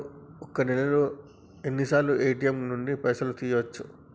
ఒక్క నెలలో ఎన్నిసార్లు ఏ.టి.ఎమ్ నుండి పైసలు తీయచ్చు?